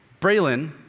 Braylon